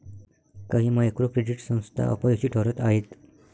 काही micro credit संस्था अपयशी ठरत आहेत